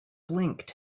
blinked